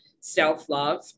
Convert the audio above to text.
self-love